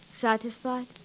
Satisfied